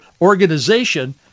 organization